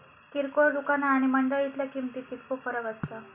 किरकोळ दुकाना आणि मंडळीतल्या किमतीत कितको फरक असता?